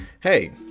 Hey